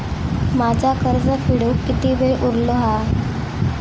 माझा कर्ज फेडुक किती वेळ उरलो हा?